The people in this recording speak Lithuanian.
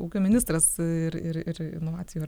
ūkio ministras ir ir ir inovacijų